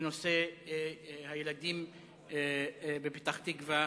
בנושא הילדים בפתח-תקווה,